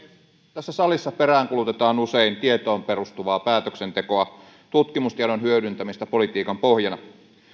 tässä salissa peräänkuulutetaan usein tietoon perustuvaa päätöksentekoa tutkimustiedon hyödyntämistä politiikan pohjana